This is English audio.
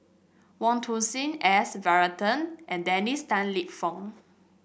Wong Tuang Seng S Varathan and Dennis Tan Lip Fong